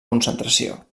concentració